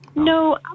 No